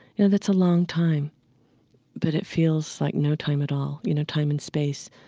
you know, that's a long time but it feels like no time at all. you know, time and space